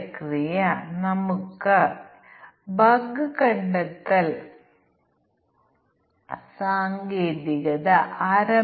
ആദ്യം നമുക്ക് തീരുമാന പട്ടിക അടിസ്ഥാനമാക്കിയുള്ള സാങ്കേതികത നോക്കാം